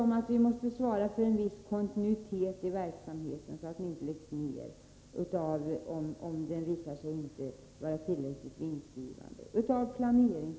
Man måste t.ex. svara för en viss kontinuitet i verksamheten, så att den inte läggs ned om det skulle visa sig att den inte är Om statsbidragen tillräckligt vinstgivande. Det kan också vara planeringsskäl m.m.